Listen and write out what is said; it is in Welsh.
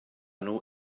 nhw